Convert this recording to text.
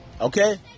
Okay